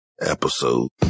episode